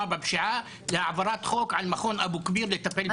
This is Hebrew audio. בפשיעה להעברת חוק על מכון אבו כביר לטפל בגופות.